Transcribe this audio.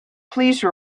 please